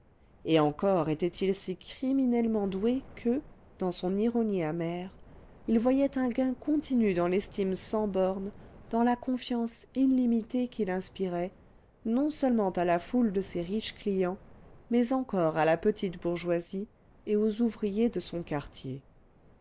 et encore était-il si criminellement doué que dans son ironie amère il voyait un gain continu dans l'estime sans bornes dans la confiance illimitée qu'il inspirait non-seulement à la foule de ses riches clients mais encore à la petite bourgeoisie et aux ouvriers de son quartier